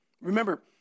Remember